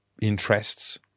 interests